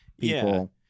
people